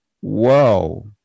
Whoa